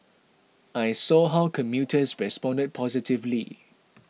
I saw how commuters responded positively